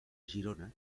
girona